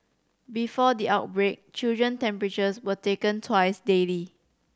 before the outbreak children temperatures were taken twice daily